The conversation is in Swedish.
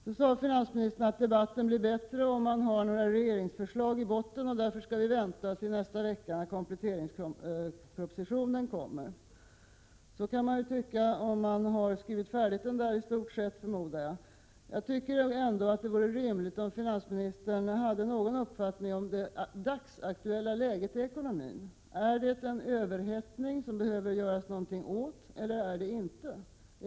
Finansministern sade vidare att debatten blir bättre om man har några regeringsförslag i botten och att vi därför skall vänta till nästa vecka när kompletteringspropositionen kommer. Kanske kan man tycka så om denna proposition är i stort sett färdigskriven. Jag tycker ändå att det vore rimligt att finansministern hade någon uppfattning om det dagsaktuella läget i ekonomin. Föreligger det en överhettning, som man behöver göra någonting åt, eller är så inte fallet?